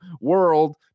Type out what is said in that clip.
World